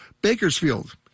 Bakersfield